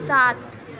سات